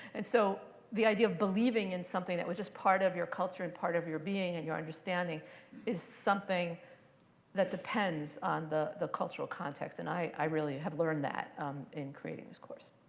and so the idea of believing in something that was just part of your culture and part of your being and your understanding is something that depends on the the cultural context. and i really have learned that in creating this course.